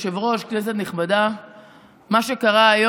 מה,